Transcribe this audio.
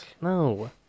No